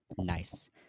Nice